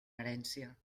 herència